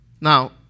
Now